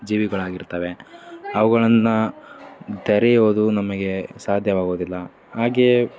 ಜೀವಿಗಳಾಗಿರ್ತವೆ ಅವುಗಳನ್ನು ತೊರೆಯೋದು ನಮಗೆ ಸಾಧ್ಯವಾಗುವುದಿಲ್ಲ ಹಾಗೆಯೇ